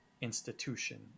Institution